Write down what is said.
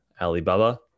Alibaba